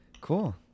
cool